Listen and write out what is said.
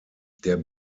der